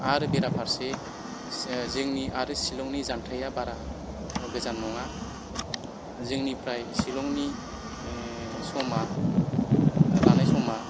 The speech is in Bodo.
आरो बेराफारसे जोंनि आरो शिलंनि जान्थाइया बारा गोजान नङा जोंनिफ्राय शिलंनि समा लानाय समा